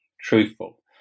truthful